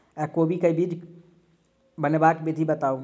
कोबी केँ बीज बनेबाक विधि बताऊ?